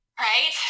right